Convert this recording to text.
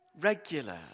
regular